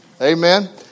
Amen